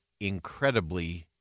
incredibly